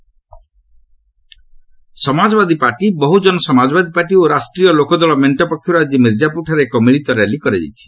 SP BSP RLD Samajwadi party Bahujan Samajwadi party ଓ ରାଷ୍ଟ୍ରୀୟ ଲୋକଦଳ ମେଣ୍ଟ ପକ୍ଷରୁ ଆଜି ମିର୍କାପୁରଠାରେ ଏକ ମିଳିତ ର୍ୟାଲି କରାଯାଇଛି